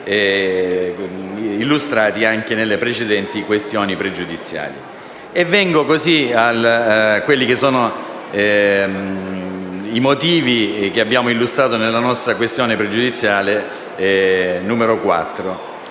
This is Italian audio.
illustrata anche nelle precedenti questioni pregiudiziali. E vengo così a quelli che sono i motivi che abbiamo illustrato nella nostra questione pregiudiziale QP4, senza